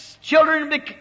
Children